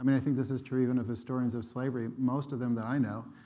i mean i think this is true even of historians of slavery. most of them that i know,